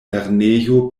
lernejo